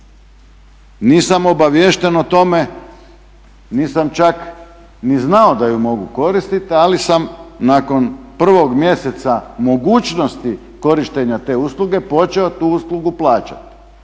Nisam obaviješten o tome, nisam čak ni znao da ju mogu koristiti, ali sam nakon prvog mjeseca mogućnosti korištenja te usluge počeo tu uslugu plaćati.